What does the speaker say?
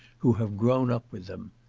who have grown up with them.